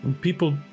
People